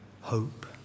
hope